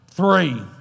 Three